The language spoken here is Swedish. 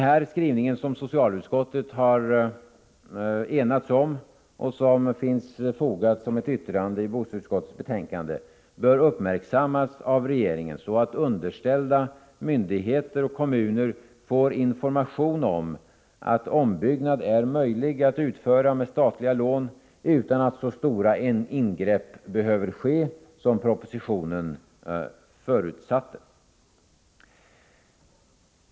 Den skrivning som socialutskottet har enats om och som finns fogad som ett yttrande till bostadsutskottets betänkande bör uppmärksammas av regeringen, så att underställda myndigheter och kommuner får information om att ombyggnad är möjlig att utföra med statliga lån utan att så stora ingrepp behöver ske som propositionen förutsatte.